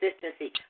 consistency